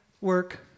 work